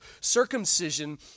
circumcision